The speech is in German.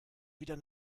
wieder